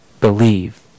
believe